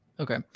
Okay